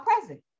present